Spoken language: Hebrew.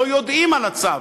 לא יודעים על הצו.